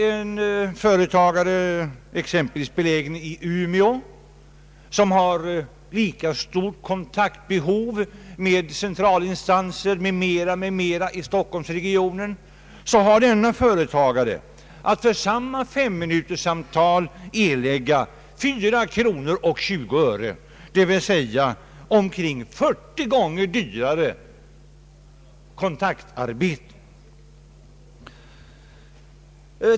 En företagare i Umeå, som har lika stort behov av kontakt med centralinstitutioner etc. i Stockholmsregionen, har att för samma femminuterssamtal erlägga 4:20. Hans kontaktarbete blir alltså 40 gånger dyrare.